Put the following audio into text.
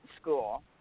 School